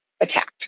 attacked